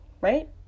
right